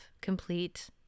complete